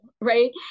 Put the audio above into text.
right